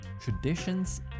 traditions